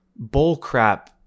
bullcrap